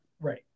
Right